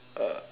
uh